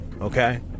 Okay